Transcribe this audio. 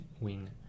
win